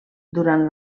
durant